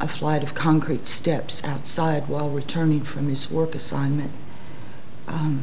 a flight of concrete steps outside while returning from his work assignment i